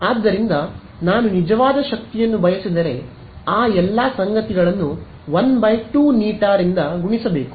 ಆದ್ದರಿಂದ ನಾನು ನಿಜವಾದ ಶಕ್ತಿಯನ್ನು ಬಯಸಿದರೆ ಆ ಎಲ್ಲ ಸಂಗತಿಗಳನ್ನು 1 2η ರಿಂದ ಗುಣಿಸಬೇಕು